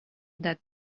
that